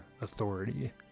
authority